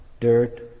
dirt